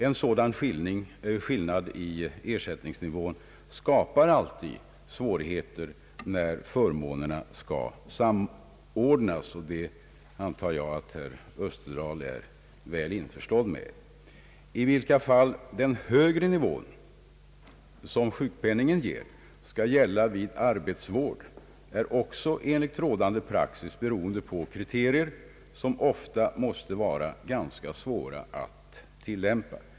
En sådan skillnad i ersättningsnivåer skapar alltid svårigheter när förmånerna skall samordnas, och detta antar jag att herr Österdahl är väl införstådd med. I vilka fall den högre nivå som sjukpenningen ger skall gälla vid arbetsvård är också enligt rådande praxis beroende av kriterier som ofta måste vara ganska svåra att tillämpa.